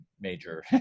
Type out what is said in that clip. major